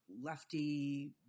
lefty